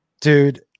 dude